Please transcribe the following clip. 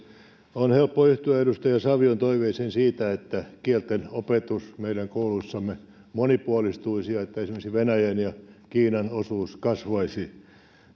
on helppo yhtyä edustaja savion toiveisiin siitä että kielten opetus meidän kouluissamme monipuolistuisi ja että esimerkiksi venäjän ja kiinan osuus kasvaisi